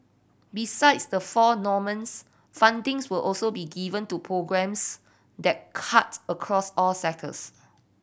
besides the four domains fundings will also be given to programmes that cut across all sectors